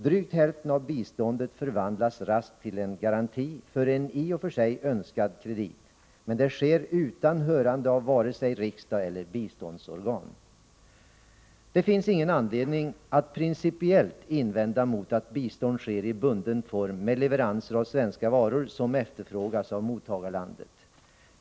Drygt hälften av biståndet förvandlas raskt till en garanti för en i och för sig önskad kredit. Men det sker utan hörande av vare sig riksdag eller biståndsorgan. Det finns ingen anledning att principiellt invända mot att bistånd ges i bunden form vid leveranser av svenska varor som efterfrågas av mottagarlandet.